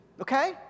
Okay